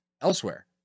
elsewhere